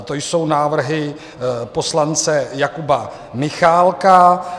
To jsou návrhy poslance Jakuba Michálka.